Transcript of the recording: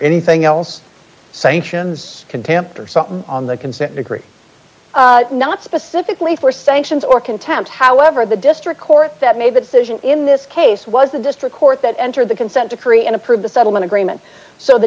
anything else sanctions contempt or something on the consent decree not specifically for sanctions or contempt however the district court that made the decision in this case was the district court that entered the consent decree and approved the settlement agreement so the